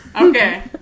Okay